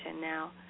now